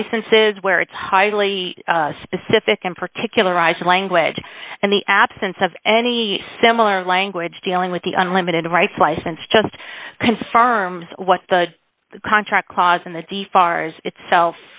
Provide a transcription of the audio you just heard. licenses where it's highly specific and particular rise in language and the absence of any similar language dealing with the unlimited rights license just confirms what the contract clause in the d fars itself